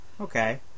Okay